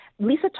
lisa